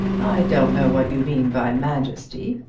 i don't know what you mean by majesty.